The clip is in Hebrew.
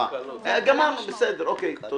תודה.